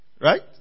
Right